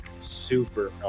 Super